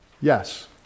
Yes